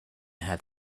had